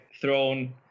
thrown